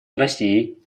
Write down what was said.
россией